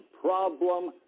problem